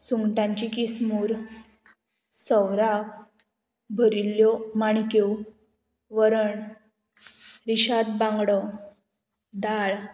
सुंगटांची किसमूर सवराक भरिल्ल्यो माणक्यो वरण रेशाद बांगडो दाळ